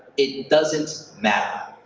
it doesn't matter.